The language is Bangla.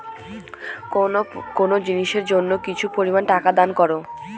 কোনো জিনিসের জন্য কিছু পরিমান টাকা দান করো